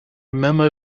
memo